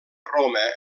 roma